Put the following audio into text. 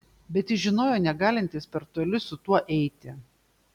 bet jis žinojo negalintis per toli su tuo eiti